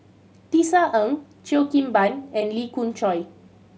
Tisa Ng Cheo Kim Ban and Lee Khoon Choy